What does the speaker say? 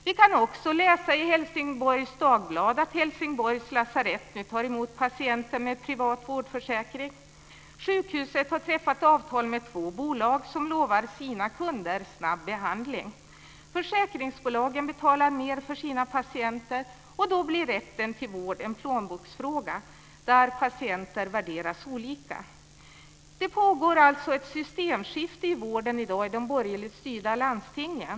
Vi kan också läsa i Helsinborgs Dagblad att Helsingborgs lasarett nu tar emot patienter med privat vårdförsäkring. Sjukhuset har träffat avtal med två bolag som lovar sina kunder snabb behandling. Försäkringsbolagen betalar mer för sina patienter och då blir rätten till vård en plånboksfråga där patienter värderas olika. Det pågår alltså ett systemskifte i vården i dag i de borgerligt styrda landstingen.